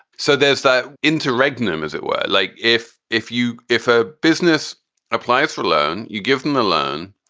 so there's that interregnum, as it were, like if if you if a business applies for loan, you give them the loan.